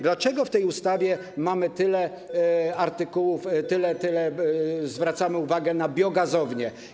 Dlaczego w tej ustawie mamy tyle artykułów, w których zwracamy uwagę na biogazownie?